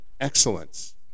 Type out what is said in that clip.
excellence